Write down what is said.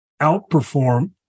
outperform